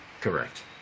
Correct